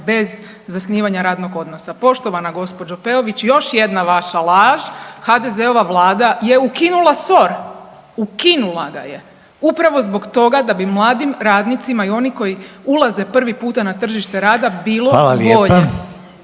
bez zasnivanja radnog odnosa. Poštovana gospođo Peović još jedna vaša laž, HDZ-ova vlada je ukinula SOR, ukinula ga je upravo zbog toga da bi mladim radnicima i onim koji ulaze prvi puta na tržište rada …/Upadica: Hvala lijepa./…